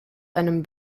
einem